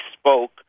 spoke